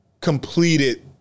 Completed